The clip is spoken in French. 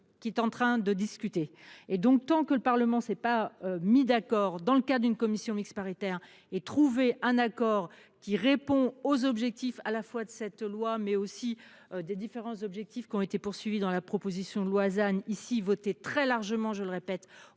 qui est en train de discuter et donc tant que le Parlement s'est pas mis d'accord dans le cas d'une commission mixte paritaire et trouver un accord qui répond aux objectifs à la fois de cette loi mais aussi des différents objectifs qui ont été poursuivis dans la proposition de loi Hazan ici voté très largement, je le répète,